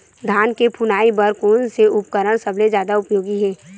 धान के फुनाई बर कोन से उपकरण सबले जादा उपयोगी हे?